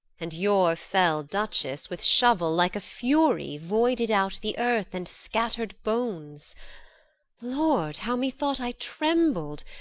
and your fell duchess with shovel, like a fury, voided out the earth and scatter'd bones lord, how methought i trembled,